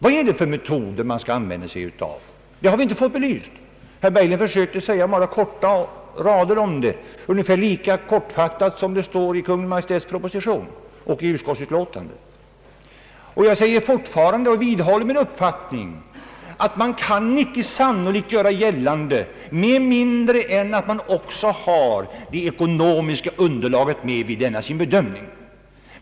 Vilka metoder skall man använda sig av? Det har vi inte fått belyst. Herr Berglund säger bara några ord om det, och lika kortfattade är Kungl. Maj:ts proposition och utskottsutlåtandet. Jag påstår fortfarande — och jag vidhåller min uppfattning — att man inte kan göra gällande att trafikförsörjningen kommer att främjas med mindre än att man också har det ekonomiska underlaget med i sin bedömning.